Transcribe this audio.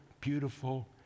beautiful